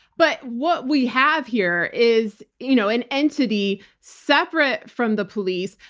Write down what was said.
but what we have here is you know an entity separate from the police,